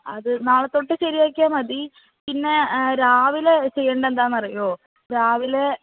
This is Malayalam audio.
അത് നാളെത്തൊട്ട് ശരിയാക്കിയാൽ മതി പിന്നെ രാവിലെ ചെയ്യേണ്ടതെന്താണെന്ന് അറിയോ രാവിലെ